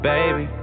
Baby